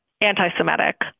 anti-Semitic